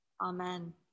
Amen